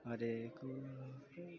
हरएक कुरा